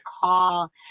call